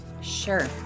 Sure